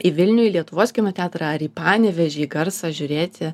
į vilniuj lietuvos kino teatrą ar į panevėžį į garsą žiūrėti